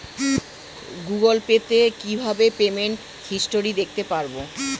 Google pay তে কিভাবে payment history দেখতে পারবো?